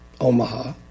Omaha